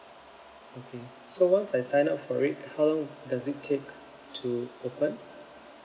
okay so once I sign up for it how long does it take to open